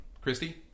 Christy